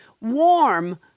warm